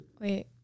Wait